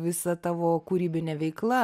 visa tavo kūrybinė veikla